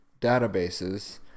databases